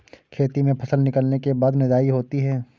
खेती में फसल निकलने के बाद निदाई होती हैं?